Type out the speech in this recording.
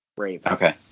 okay